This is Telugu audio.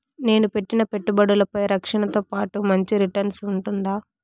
నేను పెట్టిన పెట్టుబడులపై రక్షణతో పాటు మంచి రిటర్న్స్ ఉంటుందా?